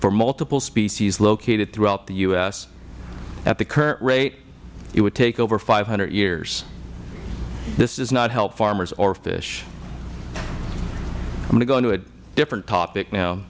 for multiple species located throughout the u s at the current rate it would take over five hundred years this does not help farmers or fish i am going to go on to a different